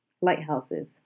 Lighthouses